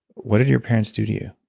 what did you parents do to you?